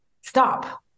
stop